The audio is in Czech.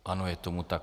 Ano, je tomu tak.